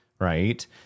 right